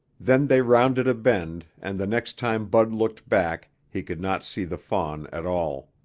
then they rounded a bend and the next time bud looked back he could not see the fawn at all.